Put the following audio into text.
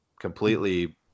completely